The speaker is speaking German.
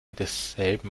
desselben